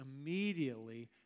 immediately